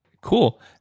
Cool